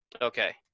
Okay